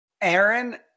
Aaron